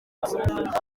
records